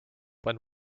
when